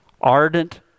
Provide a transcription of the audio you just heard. Ardent